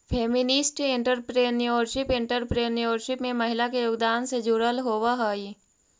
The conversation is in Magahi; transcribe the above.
फेमिनिस्ट एंटरप्रेन्योरशिप एंटरप्रेन्योरशिप में महिला के योगदान से जुड़ल होवऽ हई